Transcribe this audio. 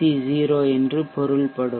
C என்று பொருள்படும்